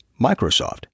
Microsoft